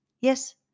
Yes